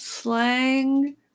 Slang